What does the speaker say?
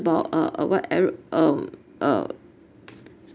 about uh a what um uh